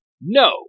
No